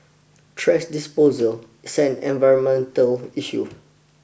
trash disposal is an environmental issue